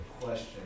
Question